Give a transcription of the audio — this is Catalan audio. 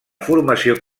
formació